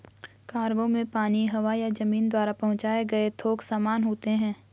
cargo में पानी, हवा या जमीन द्वारा पहुंचाए गए थोक सामान होते हैं